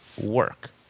work